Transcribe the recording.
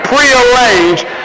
Pre-arranged